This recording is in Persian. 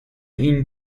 این